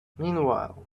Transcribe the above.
meanwhile